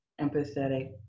empathetic